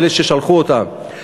אלה ששלחו אותם.